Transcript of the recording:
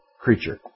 creature